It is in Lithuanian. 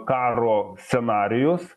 karo scenarijus